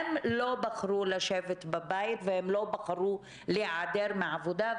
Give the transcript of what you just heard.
הם לא בחרו לשבת בבית ולא בחרו להיעדר מהעבודה,